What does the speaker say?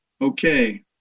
okay